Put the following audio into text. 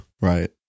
Right